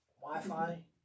Wi-Fi